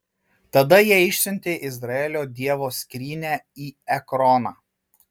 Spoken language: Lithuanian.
tada jie išsiuntė izraelio dievo skrynią į ekroną